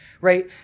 right